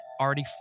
already